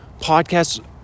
podcasts